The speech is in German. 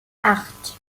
acht